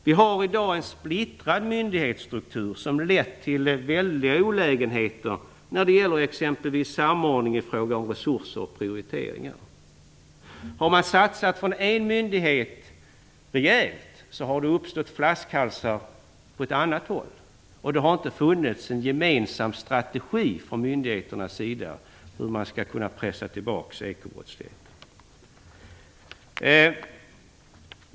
Vi har i dag en splittrad myndighetsstruktur, vilket lett till väldiga olägenheter när det gäller exempelvis samordning av resurser och prioriteringar. Om en myndighet har satsat rejält, har det uppstått flaskhalsar på ett annat håll. Det har inte funnits en gemensam myndighetsstrategi för hur man skall pressa tillbaka ekobrottsligheten.